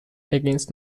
against